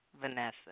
Vanessa